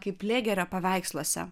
kaip lėgerio paveiksluose